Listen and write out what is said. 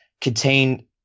contain